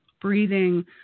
breathing